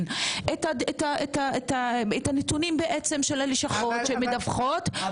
את הנתונים של הלשכות שמדווחות על